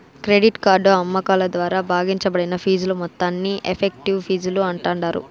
credit card అమ్మకాల ద్వారా భాగించబడిన ఫీజుల మొత్తాన్ని ఎఫెక్టివ్ ఫీజులు అంటాండారు